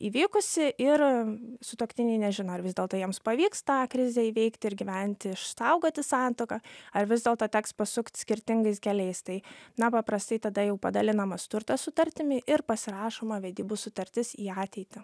įvykusi ir sutuoktiniai nežino ar vis dėlto jiems pavyks tą krizę įveikti ir gyventi išsaugoti santuoką ar vis dėlto teks pasukt skirtingais keliais tai na paprastai tada jau padalinamas turtas sutartimi ir pasirašoma vedybų sutartis į ateitį